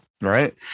right